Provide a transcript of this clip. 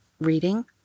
reading